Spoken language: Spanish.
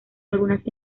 algunas